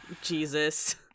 jesus